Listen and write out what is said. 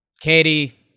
Katie